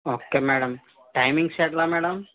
okay madam timings ఎట్లా madam